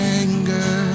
anger